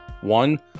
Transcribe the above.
One